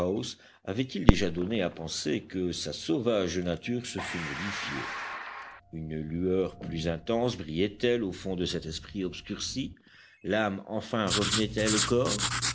avait-il déjà donné à penser que sa sauvage nature se fût modifiée une lueur plus intense brillait elle au fond de cet esprit obscurci l'âme enfin revenait elle au corps